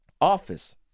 office